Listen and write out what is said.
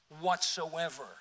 whatsoever